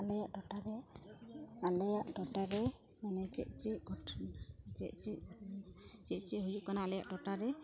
ᱟᱞᱮᱭᱟᱜ ᱴᱚᱴᱷᱟᱨᱮ ᱟᱞᱮᱭᱟᱜ ᱴᱚᱴᱷᱟᱨᱮ ᱢᱟᱱᱮ ᱪᱮᱫ ᱪᱮᱫ ᱜᱷᱚᱴᱚᱱ ᱪᱮᱫ ᱪᱮᱫ ᱜᱷᱚᱴᱚᱱᱟ ᱪᱮᱫ ᱪᱮᱫ ᱦᱩᱭᱩᱜ ᱠᱟᱱᱟ ᱟᱞᱮᱭᱟᱜ ᱴᱚᱴᱷᱟᱨᱮ